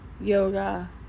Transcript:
yoga